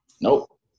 Nope